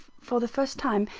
for the first time,